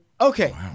okay